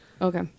Okay